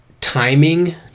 timing